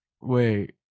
Wait